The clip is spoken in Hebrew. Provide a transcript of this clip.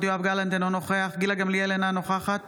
אינה נוכחת